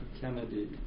Kennedy